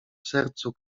sercu